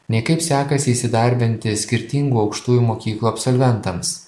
nei kaip sekasi įsidarbinti skirtingų aukštųjų mokyklų absolventams